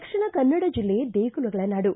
ದಕ್ಷಿಣ ಕನ್ನಡ ಜಿಲ್ಲೆ ದೇಗುಲಗಳ ನಾಡು